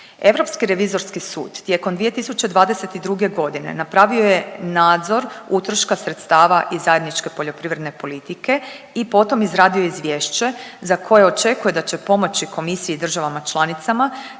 Europski revizorski sud tijekom 2022.g. napravio je nadzor utroška sredstava i zajedničke poljoprivredne politike i potom izradio izvješće za koje za koje očekuje da će pomoći Komisiji i državama članicama